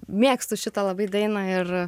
mėgstu šitą labai dainą ir